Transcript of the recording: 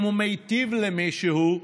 הטרומית,